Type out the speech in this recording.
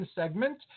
segment